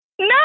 No